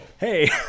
hey